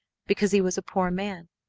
because he was a poor man.